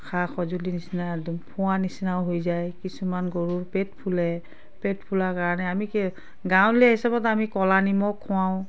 সা সঁজুলি নিচিনা একদম ফোঁহাৰ নিচিনা হৈ যায় কিছুমান গৰুৰ পেট ফুলে পেট ফুলাৰ কাৰণে আমি গাঁৱলীয়া হিচাপত আমি ক'লা নিমখ খোৱাওঁ